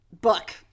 book